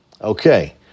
Okay